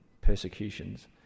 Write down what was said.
persecutions